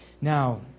Now